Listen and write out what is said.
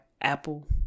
apple